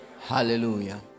Hallelujah